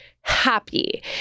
happy